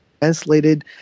translated